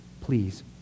Please